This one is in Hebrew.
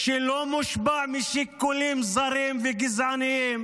שלא מושפע משיקולים זרים וגזעניים,